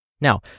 Now